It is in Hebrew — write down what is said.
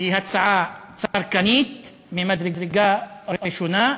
היא הצעה צרכנית ממדרגה ראשונה,